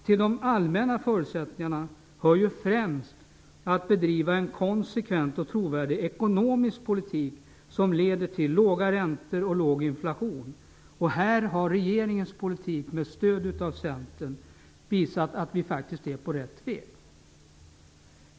Till de allmänna förutsättningarna hör främst att bedriva en konsekvent och trovärdig ekonomisk politik som leder till låga räntor och låg inflation. Här har regeringens politik med stöd av Centern visat att vi faktiskt är på rätt väg.